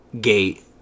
gate